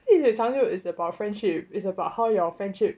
细水长流 is about friendship is about how your friendship